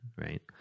right